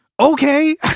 Okay